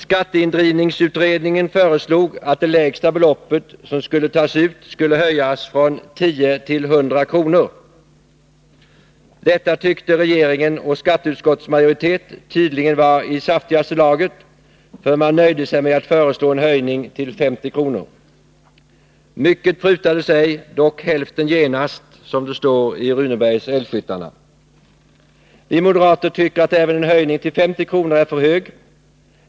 Skatteindrivningsutredningen har föreslagit att det lägsta belopp som skulle tas ut skulle höjas från 10 kr. till 100 kr. Tydligen tyckte regeringen och skatteutskottets majoritet att det var i saftigaste laget, för man nöjde sig med att föreslå en höjning till 50 kr. — ”ej avprutades mycket, hälften dock prutades strax”, som det står i Runebergs Älgskyttarne. Vi moderater tycker att även en höjning till 50 kr. är för mycket.